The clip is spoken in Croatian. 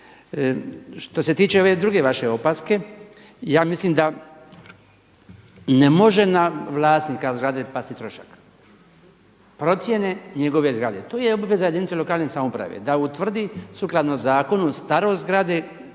Što se tiče ove druge vaše opaske, ja mislim da ne može na vlasnika zgrade pasti trošak procjene njegove zgrade. To je obaveza jedinice lokalne samouprave da utvrdi sukladno zakonu starost zgrade,